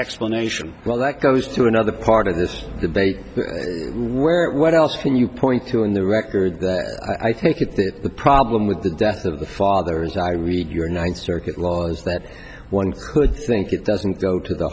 explanation well that goes to another part of this debate where what else can you point to in the record i think it that the problem with the death of the father is that i read your ninth circuit laws that one could think it doesn't go to the